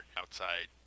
outside